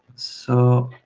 so